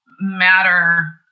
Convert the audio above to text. matter